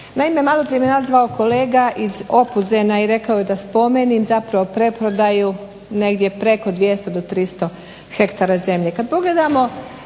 Naime, maloprije me nazvao kolega iz Opuzena i rekao je da spomenim zapravo preprodaju negdje preko 200 do 300 hektara zemlje.